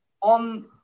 On